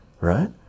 right